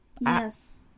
Yes